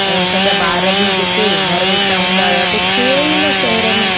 ऐं असांजा ॿार बि जेके घर वेठा हूंदा हुया कुझु हुयो ई न शहर में